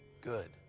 Good